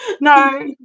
no